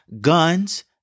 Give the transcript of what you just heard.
Guns